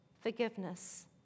Forgiveness